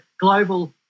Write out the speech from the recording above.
Global